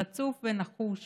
רצוף ונחוש